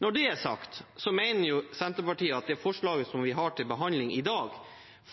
Når det er sagt, mener Senterpartiet at det forslaget som vi har til behandling i dag,